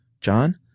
John